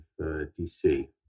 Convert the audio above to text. DC